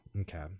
Okay